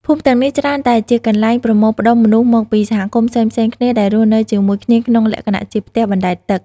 ភូមិទាំងនេះច្រើនតែជាកន្លែងប្រមូលផ្ដុំមនុស្សមកពីសហគមន៍ផ្សេងៗគ្នាដែលរស់នៅជាមួយគ្នាក្នុងលក្ខណៈជាផ្ទះបណ្ដែតទឹក។